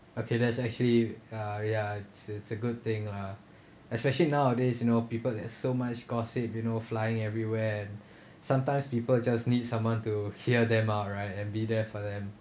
okay that's actually uh ya it's it's a good thing lah especially nowadays you know people they so much gossip you know flying everywhere sometimes people just need someone to hear them out right and be there for them